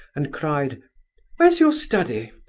and cried where's your study?